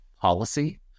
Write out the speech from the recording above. policy